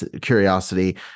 curiosity